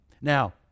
Now